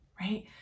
right